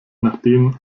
nachdem